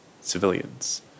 civilians